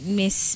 miss